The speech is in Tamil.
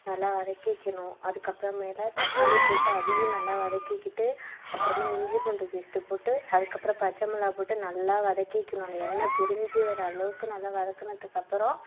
நல்லா வதக்கிக்கணும் அதுக்கப்புறமேல தக்காளி போட்டு அதையும் நல்லா வதக்கிகிட்டு அப்புறமா இஞ்சி பூண்டு பேஸ்ட்டு போட்டு அதுக்கப்றம் பச்சை மொளா போட்டு நல்லா வதக்கிக்கணும் அந்த எண்ணெய் பிரிஞ்சு வர அளவுக்கு நல்லா வதக்குனதுக்கப்பறம்